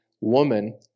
woman